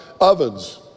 ovens